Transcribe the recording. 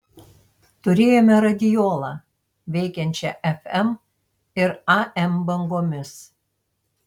turėjome radiolą veikiančią fm ir am bangomis